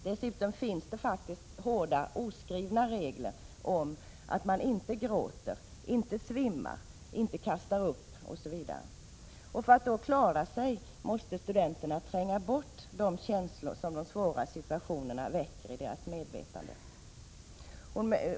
Dessutom finns det faktiskt hårda oskrivna regler om att man inte gråter, inte svimmar, inte kastar upp osv. För att klara sig måste studenterna tränga bort de känslor som de svåra situationerna väcker i deras medvetande.